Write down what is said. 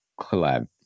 collab